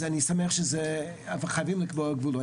אז חייבים לקבוע גבולות.